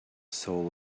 soul